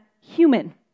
human